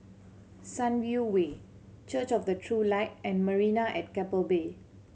Sunview Way Church of the True Light and Marina at Keppel Bay